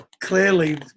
clearly